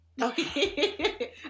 Okay